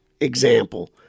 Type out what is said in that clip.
example